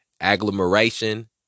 agglomeration